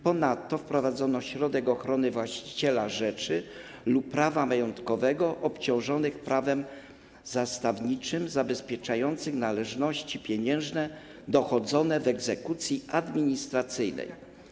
Ponadto wprowadzono środek ochrony właściciela rzeczy lub prawa majątkowego obciążonych prawem zastawniczym, zabezpieczających należności pieniężne dochodzone w egzekucji administracyjnej.